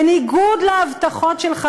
בניגוד להבטחות שלך,